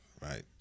right